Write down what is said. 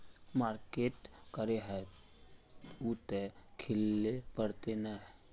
Market करे है उ ते सिखले पड़ते नय?